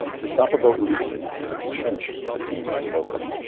to stop a boat leaking you chinch the seams with oakum.